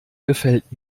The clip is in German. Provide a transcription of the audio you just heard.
gefällt